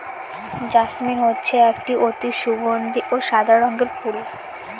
jasmine হচ্ছে একটি অতি সগন্ধি ও সাদা রঙের ফুল